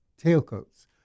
tailcoats